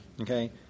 okay